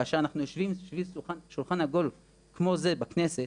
כאשר אנחנו יושבים סביב שולחן עגול כמו זה בכנסת,